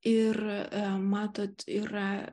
ir matot yra